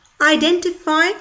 identify